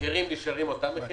נשארים אותם מחירים?